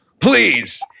please